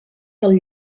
del